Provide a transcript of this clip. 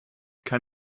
kann